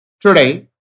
Today